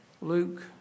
Luke